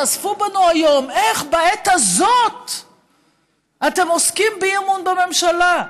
נזפו בנו היום: איך בעת הזו אתם עוסקים באי-אמון בממשלה?